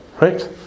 Right